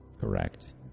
Correct